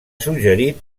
suggerit